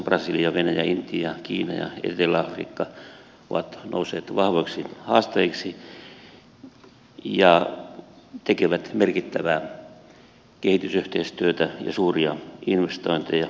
brasilia venäjä intia kiina ja etelä afrikka ovat nousseet vahvoiksi haastajiksi ja tekevät merkittävää kehitysyhteistyötä ja suuria investointeja